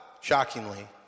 shockingly